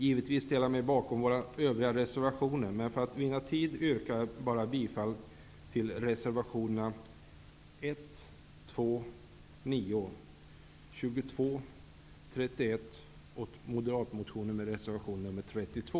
Jag ställer mig givetvis bakom våra övriga reservationer, men för att vinna tid yrkar jag bara bifall till reservationerna 1, 2, 9, 22, 31 och 32.